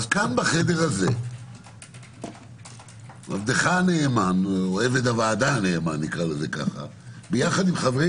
כאן בחדר הזה עבד הוועדה הנאמן ביחד עם חברי